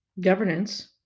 governance